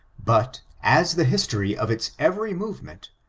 but, as the history of its every move ment,